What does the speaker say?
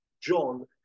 John